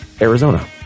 Arizona